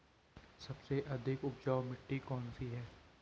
सबसे अधिक उपजाऊ मिट्टी कौन सी है?